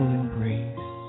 embrace